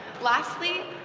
lastly,